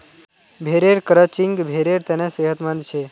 भेड़ेर क्रचिंग भेड़ेर तने सेहतमंद छे